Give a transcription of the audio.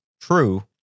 true